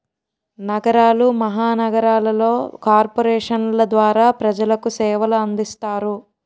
నగరాలు మహానగరాలలో కార్పొరేషన్ల ద్వారా ప్రజలకు సేవలు అందిస్తారు